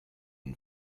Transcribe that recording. une